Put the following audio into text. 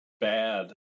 bad